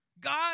God